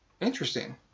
Interesting